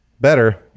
better